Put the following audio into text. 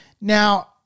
Now